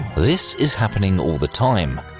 this is happening all the time,